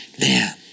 Man